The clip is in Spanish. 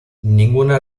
ninguna